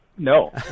no